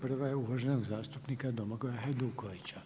Prva je uvaženog zastupnika Domagoja Hajdukovića.